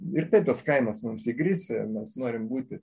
ir taip tas kaimas mums įgrisę mes norim būti